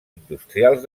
industrials